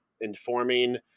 informing